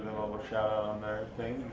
shout out on their thing.